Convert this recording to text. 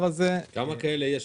כמה כאלה יש?